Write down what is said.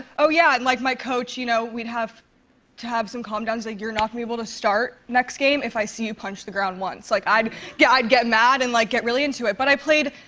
oh, yeah. and, like, my coach, you know we'd have to have some calm-downs. like, you're not gonna be able to start next game if i see you punch the ground once. like, i'd get i'd get mad and, like, get really into it. but i played